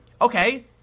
Okay